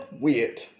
weird